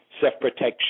self-protection